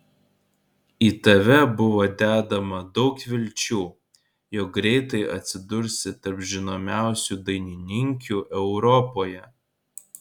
į tave buvo dedama daug vilčių jog greitai atsidursi tarp žinomiausių dainininkių europoje